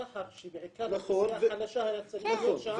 שח"ר שבעיקר לאוכלוסייה החלשה היה צריך להיות שם,